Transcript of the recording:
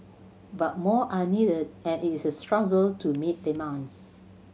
but more are needed and it is a struggle to meet demands